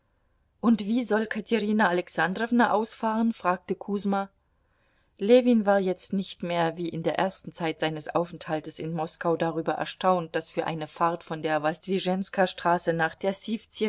und wie soll katerina alexandrowna ausfahren fragte kusma ljewin war jetzt nicht mehr wie in der ersten zeit seines aufenthaltes in moskau darüber erstaunt daß für eine fahrt von der wosdwischenkastraße nach der